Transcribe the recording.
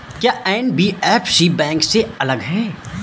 क्या NBFC bank से अलग है?